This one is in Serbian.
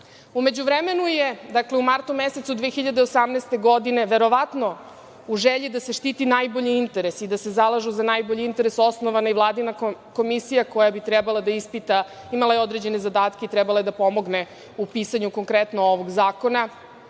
međuvremenu je, u martu mesecu 2018. godine, verovatno u želji da se štite najbolji interesi, da se zalažu za najbolje interese, osnovana i Vladina komisija koja bi trebala da ispita, imala je određene zadatke i trebala je da pomogne u pisanju konkretno ovog